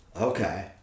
Okay